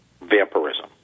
vampirism